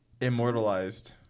Immortalized